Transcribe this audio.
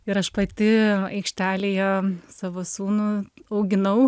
ir aš pati aikštelėje savo sūnų auginau